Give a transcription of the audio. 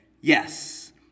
Yes